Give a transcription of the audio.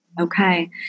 Okay